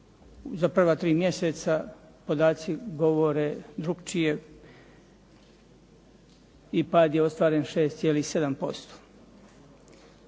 za prva tri mjeseca podaci govore drukčije i pad je ostvaren 6,7%.